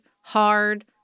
hard